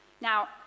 Now